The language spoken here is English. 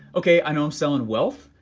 okay, i know i'm selling wealth,